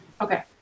Okay